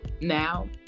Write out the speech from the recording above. now